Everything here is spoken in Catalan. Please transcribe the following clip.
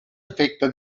efecte